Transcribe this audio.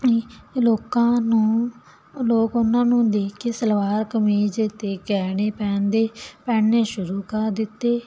B ਲੋਕਾਂ ਨੂੰ ਲੋਕ ਉਨ੍ਹਾਂ ਨੂੰ ਦੇਖ ਕੇ ਸਲਵਾਰ ਕਮੀਜ਼ ਅਤੇ ਗਹਿਣੇ ਪਹਿਨਦੇ ਪਹਿਨਣੇ ਸ਼ੁਰੂ ਕਰ ਦਿੱਤੇ